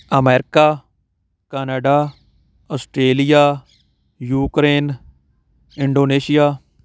America Canada Australia Ukraine Indonesia